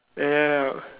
yup